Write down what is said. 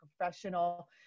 professional